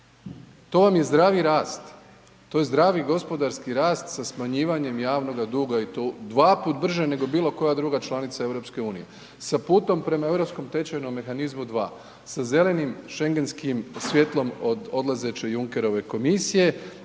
to vam je zdravi rast, to je zdravi gospodarski rast sa smanjivanjem javnoga duga i to dva put brže nego bilo koja druga članica EU sa putom prema Europskom tečajnom mehanizmu 2, sa zelenim Šengenskim svjetlom od odlazeće Junkerove komisije